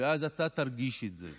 ואז אתה תרגיש את זה,